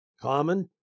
common